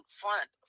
front